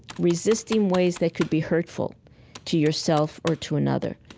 resisting ways that could be hurtful to yourself or to another.